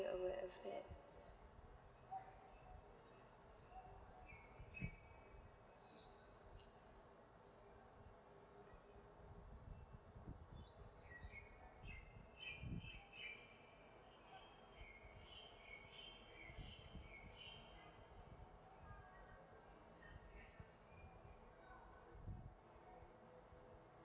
aware of it